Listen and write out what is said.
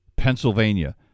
Pennsylvania